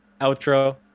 outro